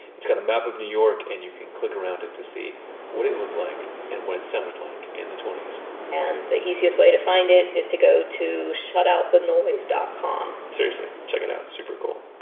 it's got a map of new york and you can click around it to see what it looked like and what it sounded like in the twenty point s and the easiest way to find it is to go to shutoutthenoise dot com seriously, check it out. it's super cool.